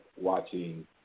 watching